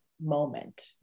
moment